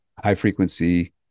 high-frequency